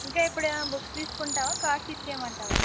ఇంకా ఇప్పుడేమైనా బుక్స్ తీసుకుంటావా కార్డ్స్ ఇచ్చేయమంటావా